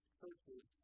churches